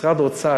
משרד האוצר